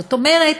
זאת אומרת,